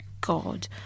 god